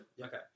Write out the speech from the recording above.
Okay